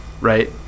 right